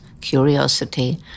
Curiosity